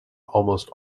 almost